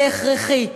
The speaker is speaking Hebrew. זה הכרחי.